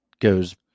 goes